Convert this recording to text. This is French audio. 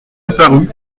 eparus